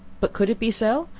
but could it be so?